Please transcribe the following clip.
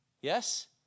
Yes